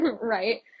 Right